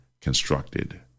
constructed